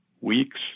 weeks